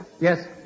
yes